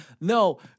No